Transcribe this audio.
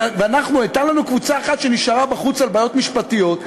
הייתה לנו קבוצה אחת שנשארה בחוץ בגלל בעיות משפטית,